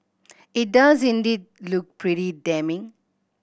it does indeed look pretty damning